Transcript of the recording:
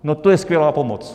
No to je skvělá pomoc!